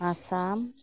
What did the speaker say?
Assam